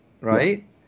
right